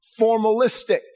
formalistic